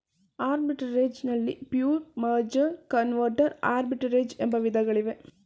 arbitrage ನಲ್ಲಿ pure, merger, converter arbitrage ಎಂಬ ವಿಧಗಳಿವೆ